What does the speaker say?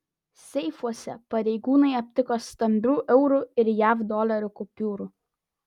seifuose pareigūnai aptiko stambių eurų ir jav dolerių kupiūrų